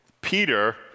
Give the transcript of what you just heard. Peter